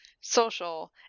social